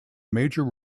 major